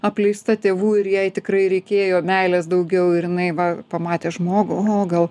apleista tėvų ir jai tikrai reikėjo meilės daugiau ir jinainai va pamatė žmogų o gal